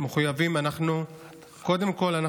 קודם כול,